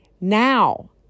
now